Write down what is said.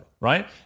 right